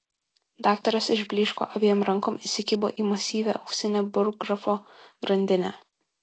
daktaras išblyško abiem rankom įsikibo į masyvią auksinę burggrafo grandinę